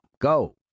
Go